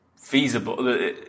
feasible